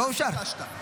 לא אושר.